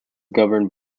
governed